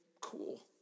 cool